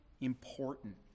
important